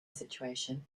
situation